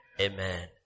Amen